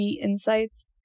Insights